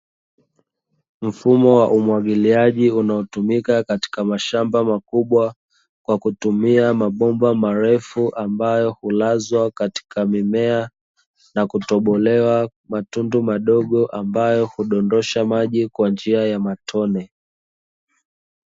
Mfumo wa umwagiliaji unaotumika katika mashamba makubwa, kwa kutumia mabomba marefu ambayo hulazwa katika mimea, na kutobolewa matundu madogo ambayo hudondosha maji kwa njia ya matone.